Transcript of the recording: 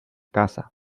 casa